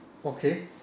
okay